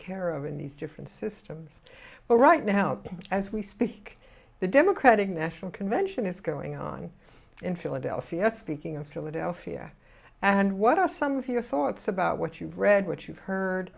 care of in these different systems but right now as we speak the democratic national convention is going on in philadelphia speaking of philadelphia and what are some of your thoughts about what you've read what you've heard